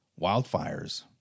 Wildfires